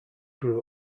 grew